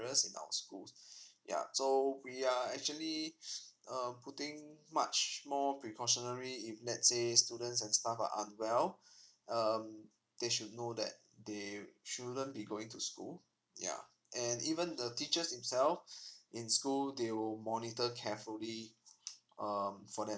in our schools ya so we are actually uh putting much more precautionary if let's say students and staff are unwell um they should know that they they shouldn't be going to school ya and even the teachers themselve in school they will monitor carefully um for themselves